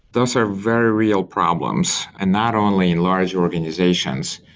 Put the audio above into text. those are very real problems, and not only in large organizations.